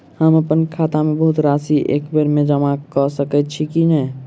हम अप्पन खाता मे बहुत राशि एकबेर मे जमा कऽ सकैत छी की नै?